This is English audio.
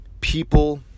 people